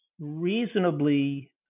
reasonably